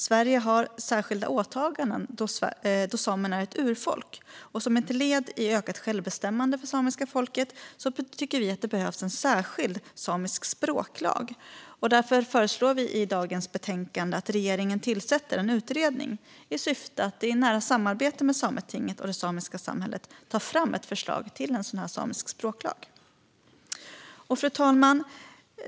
Sverige har särskilda åtaganden då samerna är ett urfolk, och som ett led i ökat självbestämmande för det samiska folket behövs en särskild samisk språklag. Därför föreslår vi i betänkandet att regeringen tillsätter en utredning i syfte att i nära samarbete med Sametinget och det samiska samhället ta fram ett förslag till samisk språklag. Fru talman!